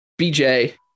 BJ